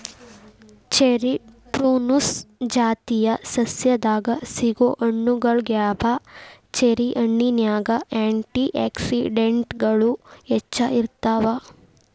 cherry prunus ಜಾತಿಯ ಸಸ್ಯದಾಗ ಸಿಗೋ ಹಣ್ಣುಗಳಗ್ಯಾವ, ಚೆರಿ ಹಣ್ಣಿನ್ಯಾಗ ಆ್ಯಂಟಿ ಆಕ್ಸಿಡೆಂಟ್ಗಳು ಹೆಚ್ಚ ಇರ್ತಾವ